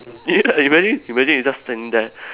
you imagine imagine you just stand there